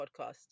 podcast